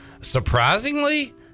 surprisingly